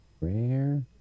Rare